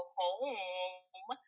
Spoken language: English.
home